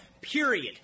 period